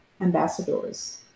ambassadors